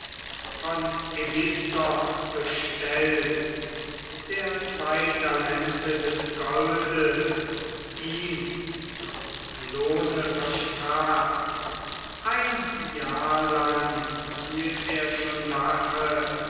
von aigisthos bestellt der zwei talente des goldes ihm zum lohne versprach ein jahr lang hielt er schon wache